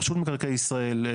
רשות מקרקעי ישראל,